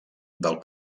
del